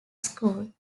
school